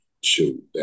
shoot